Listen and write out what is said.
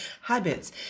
habits